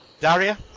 Daria